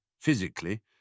physically